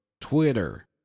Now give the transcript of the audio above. Twitter